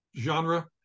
genre